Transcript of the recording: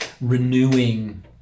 renewing